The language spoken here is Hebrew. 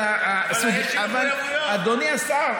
אבל אדוני השר,